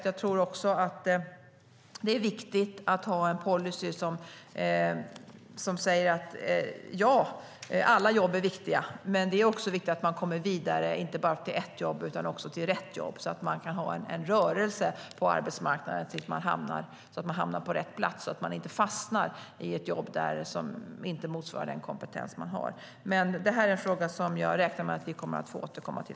Jag tror också att det är viktigt att ha en policy som säger att alla jobb är viktiga, men det är viktigt att man kommer inte bara till ett jobb utan också till rätt jobb, så att man har en rörelse på arbetsmarknaden och inte fastnar i ett jobb som inte motsvarar den kompetens man har. Men detta är en fråga som jag räknar med att vi kommer att få återkomma till.